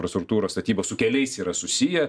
infrastruktūros statybos su keliais yra susiję